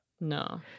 No